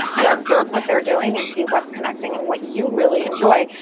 and observe what they're doing, and see what's connecting and what you really enjoy.